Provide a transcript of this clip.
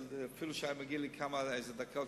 אפילו שהיו מגיעות לי דקה או שתיים,